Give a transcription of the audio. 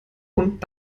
und